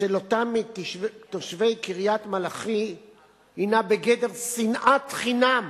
של אותם תושבי קריית-מלאכי הינה בגדר שנאת חינם,